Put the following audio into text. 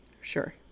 Sure